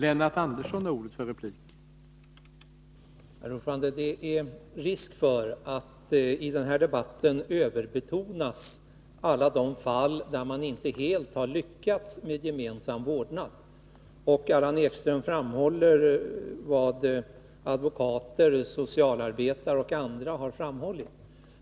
Herr talman! Det är risk för att i denna debatt överbetonas alla de fall där man inte helt har lyckats med gemensam vårdnad. Allan Ekström framhåller vad advokater, socialarbetare och andra har uttalat.